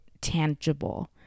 tangible